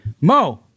Mo